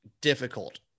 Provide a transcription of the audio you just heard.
difficult